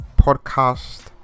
podcast